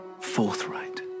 forthright